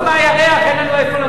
חוץ מהירח אין לנו איפה לגור.